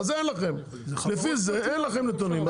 אז לפי זה אין לכם נתונים.